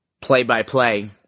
play-by-play